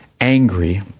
angry